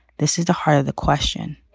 this is the heart of the question.